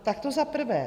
Tak to za prvé.